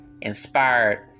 inspired